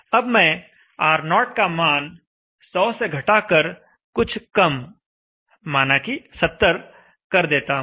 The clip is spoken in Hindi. अब मैं R0 का मान 100 से घटाकर कुछ कम माना कि 70 कर देता हूं